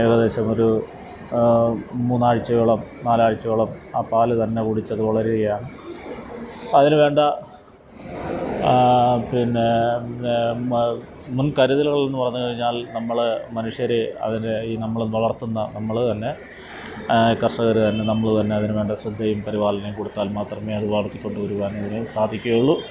ഏകദേശമൊരു മൂന്നാഴ്ച്ചയോളം നാലാഴ്ച്ചയോളം ആ പാലുതന്നെ കുടിച്ചത് വളരുകയാണ് അതിനുവേണ്ട പിന്നെ മുന്കരുതലുകളെന്ന് പറഞ്ഞു കഴിഞ്ഞാല് നമ്മൾ മനുഷ്യർ അതിനേ ഈ നമ്മളിന്ന് വളര്ത്തുന്ന നമ്മൾ തന്നെ കര്ഷകർ തന്നെ നമ്മൾ തന്നെ അതിനുവേണ്ട ശ്രദ്ധയും പരിപാലനവും കൊടുത്താല് മാത്രമേ അത് വളര്ത്തിക്കൊണ്ടുവരുവാന് അതിന് സാധിക്കുകയുള്ളു